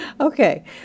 Okay